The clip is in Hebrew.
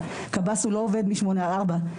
קב"ס הוא לא עובד משמונה עד ארבע.